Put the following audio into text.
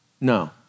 No